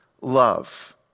love